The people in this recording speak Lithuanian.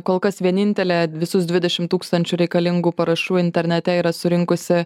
kol kas vienintelė visus dvidešimt tūkstančių reikalingų parašų internete yra surinkusi